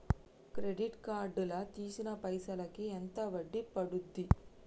Credit card లా తీసిన పైసల్ కి ఎంత వడ్డీ పండుద్ధి?